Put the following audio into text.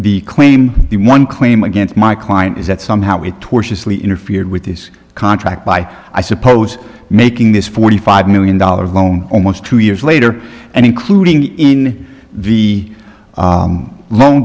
be claimed be one claim against my client is that somehow it torturously interfered with this contract by i suppose making this forty five million dollars loan almost two years later and including in the loan